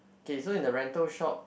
K so in the rental shop